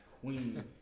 queen